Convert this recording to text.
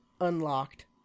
unlocked